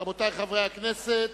רבותי חברי הכנסת,